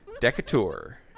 Decatur